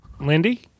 Lindy